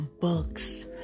books